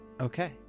Okay